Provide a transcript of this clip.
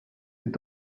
est